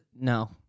no